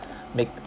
make